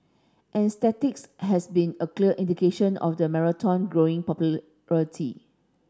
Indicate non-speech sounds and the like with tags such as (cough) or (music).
and statistics have been a clear indication of the marathon growing (unintelligible)